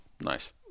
Nice